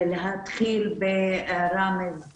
להתחיל במר ראמז,